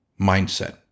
mindset